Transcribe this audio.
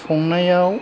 संनायाव